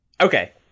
okay